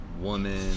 woman